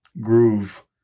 groove